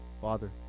Father